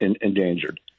endangered